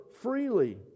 freely